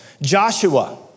Joshua